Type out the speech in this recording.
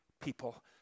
people